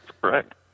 correct